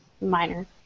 minor